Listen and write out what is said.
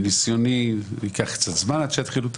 מניסיוני זה ייקח קצת זמן עד שיתחילו את